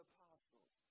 Apostles